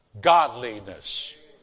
godliness